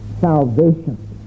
salvation